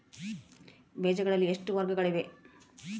ಬೇಜಗಳಲ್ಲಿ ಎಷ್ಟು ವರ್ಗಗಳಿವೆ?